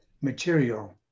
material